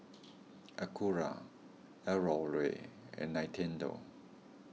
Acura L'Oreal and Nintendo